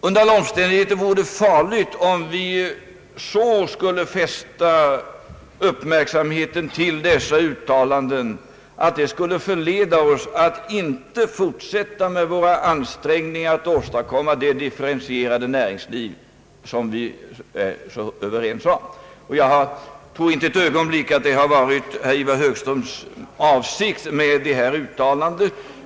Under alla omständigheter vore det farligt om vi skulle fästa sådant avseende vid dessa uttalanden att vi skulle förledas att inte fortsätta med våra ansträngningar att åstadkomma det differentierade näringsliv som vi i så hög grad är överens om. Jag tror icke ett ögonblick att detta har varit Ivar Högströms avsikt när han åberopar dessa uttalanden.